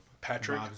patrick